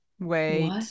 Wait